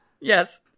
Yes